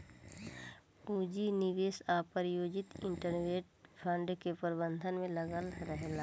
पूंजी निवेश आ प्रायोजित इन्वेस्टमेंट फंड के प्रबंधन में लागल रहेला